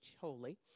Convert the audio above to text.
holy